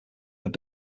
were